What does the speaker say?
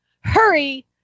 Hurry